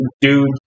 dude